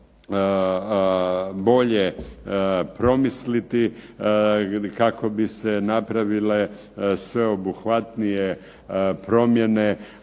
bolje promisliti, kako bi se napravile sveobuhvatnije promjene,